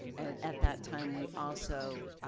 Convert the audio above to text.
at at that time, we also